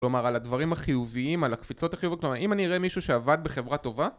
כלומר, על הדברים החיוביים, על הקפיצות החיוביות כלומר, אם אני אראה מישהו שעבד בחברה טובה